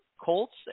Colts